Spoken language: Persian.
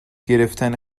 گرفتن